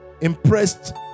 impressed